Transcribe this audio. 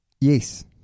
Yes